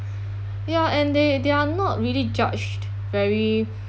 ya and they they are not really judged very